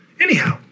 Anyhow